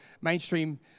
Mainstream